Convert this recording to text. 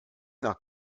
nach